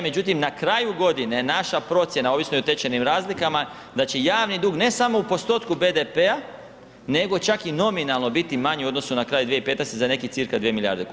Međutim, na kraju godine naša procjena ovisno o tečajnim razlikama da će javni dug, ne samo u postotku BDP-a nego i čak nominalno biti manji u odnosu na kraj 2015. za nekih cca 2 milijarde kuna.